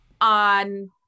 On